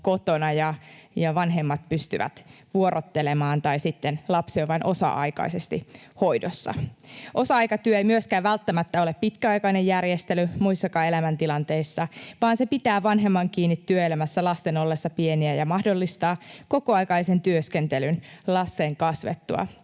kotona ja vanhemmat pystyvät vuorottelemaan tai sitten lapsi on vain osa-aikaisesti hoidossa. Osa-aikatyö ei myöskään välttämättä ole pitkäaikainen järjestely muissakaan elämäntilanteissa, vaan se pitää vanhemman kiinni työelämässä lasten ollessa pieniä ja mahdollistaa kokoaikaisen työskentelyn lasten kasvettua